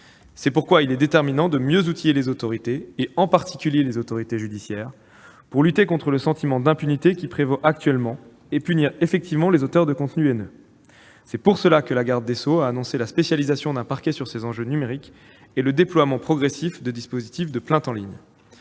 C'est pourquoi il est déterminant de mieux outiller les autorités, en particulier les autorités judiciaires, pour lutter contre le sentiment d'impunité qui prévaut actuellement et punir effectivement les auteurs de contenus haineux. C'est pour cela que la garde des sceaux a annoncé la spécialisation d'un parquet sur ces enjeux numériques et le déploiement progressif de dispositifs de plainte en ligne.